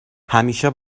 همیشه